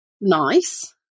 nice